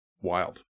Wild